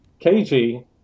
KG